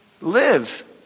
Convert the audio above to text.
live